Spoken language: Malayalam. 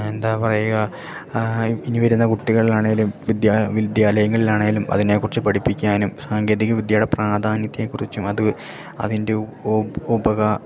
എന്താ പറയക ഇനി വരുന്ന കുട്ടികളിലാണെങ്കിലും വിദ്യ വിദ്യാലയങ്ങളിലാണെങ്കിലും അതിനെക്കുറിച്ച് പഠിപ്പിക്കാനും സാങ്കേതിക വിദ്യയുടെ പ്രാധാന്യത്തെക്കുറിച്ചും അത് അതിൻ്റെ